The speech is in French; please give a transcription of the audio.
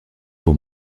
pour